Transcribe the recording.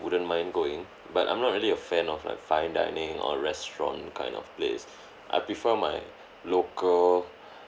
wouldn't mind going but I'm not really a fan of like fine dining or restaurant kind of place I prefer my local